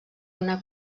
donar